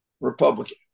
Republican